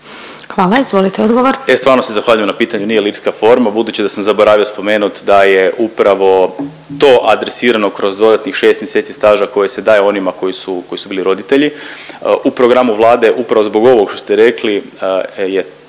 Hvala. Izvolite odgovor.